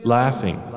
laughing